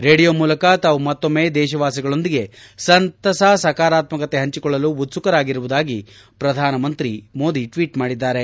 radio ಮೂಲಕ ತಾವು ಮತ್ತೊಮ್ಮೆ ದೇಶವಾಸಿಗಳೊಂದಿಗೆ ಸಂತಸ ಸಕಾರಾತ್ಮಕತೆ ಹಂಚಿಕೊಳ್ಳಲು ಉತ್ತುಕರಾಗಿರುವುದಾಗಿ ಪ್ರಧಾನಿ ಮೋದಿ ಟ್ವೀಟ್ ಮಾಡಿದ್ದಾರೆ